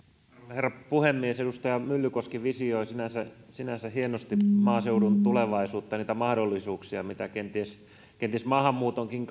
herra puhemies edustaja myllykoski visioi sinänsä sinänsä hienosti maaseudun tulevaisuutta ja niitä mahdollisuuksia mitä kenties kenties maahanmuutonkin